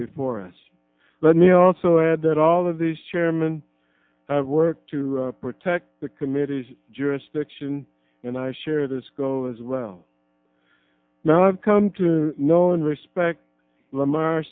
before us let me also add that all of these chairman have worked to protect the committee's jurisdiction and i share the sco as well now i've come to know and respect lamar